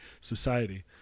society